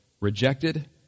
rejected